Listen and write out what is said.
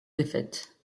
défaite